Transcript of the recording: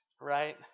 Right